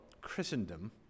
Christendom